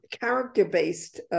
character-based